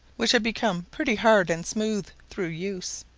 which had become pretty hard and smooth through use.